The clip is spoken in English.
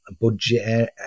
budget